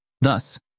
Thus